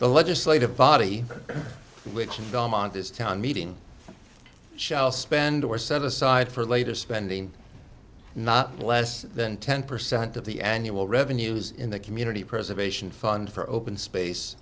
the legislative body which in belmont is town meeting shall spend or service side for later spending not less than ten percent of the annual revenues in the community preservation fund for open space